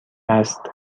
است